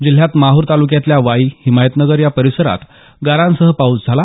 जिल्ह्यात माहूर तालुक्यातल्या वाई हिमायतनगर या परिसरात गारांसह पाऊस झाला